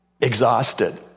exhausted